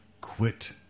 quit